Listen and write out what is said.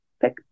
pick